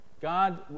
God